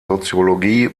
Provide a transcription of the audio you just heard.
soziologie